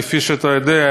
כפי שאתה יודע,